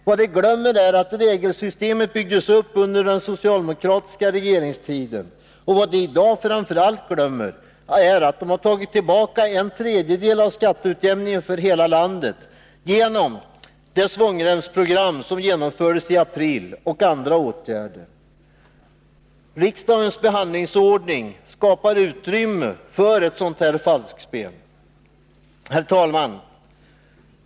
Vad de glömmer är att regelsystemet byggdes upp under den socialdemokratiska regeringstiden. Vad de i dag framför allt glömmer är att de har tagit tillbaka en tredjedel av skatteutjämningen för hela landet genom det svångremsprogram som genomfördes i april och genom andra åtgärder. Riksdagens behandlingsordning skapar utrymme för ett sådant falskspel. Herr talman!